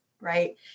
right